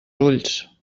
ulls